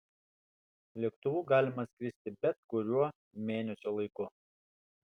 lėktuvu galima skristi bet kuriuo mėnesio laiku